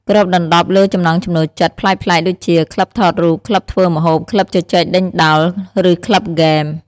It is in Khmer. គ្របដណ្តប់លើចំណង់ចំណូលចិត្តប្លែកៗ ដូចជា ក្លឹបថតរូប ក្លឹបធ្វើម្ហូប ក្លឹបជជែកដេញដោល ឬក្លឹបហ្គេម។